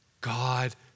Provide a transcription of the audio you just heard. God